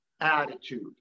attitude